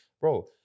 bro